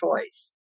choice